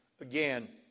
again